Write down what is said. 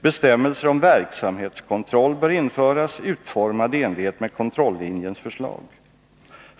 Bestämmelser om verksamhetskontroll bör införas, utformade i enlighet med kontrollinjens förslag.